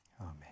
Amen